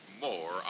more